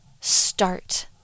start